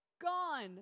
gone